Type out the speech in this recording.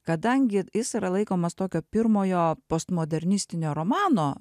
kadangi jis yra laikomas tokio pirmojo postmodernistinio romano